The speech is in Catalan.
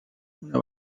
una